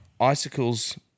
Icicles